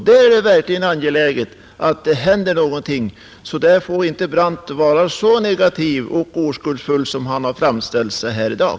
Det är verkligen angeläget att det händer någonting på det området, så på den punkten får herr Brandt inte vara så negativ och oskuldsfull som han framställt sig här i dag.